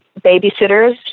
babysitters